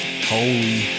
Holy